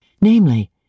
Namely